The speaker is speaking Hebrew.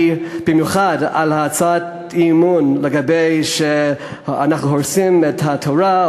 במיוחד בעקבות הצעת האי-אמון שאומרת שאנחנו הורסים את התורה,